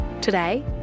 Today